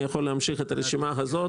אני יכול להמשיך את הרשימה הזו.